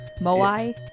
Moai